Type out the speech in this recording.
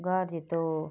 घार जित्तो